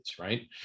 right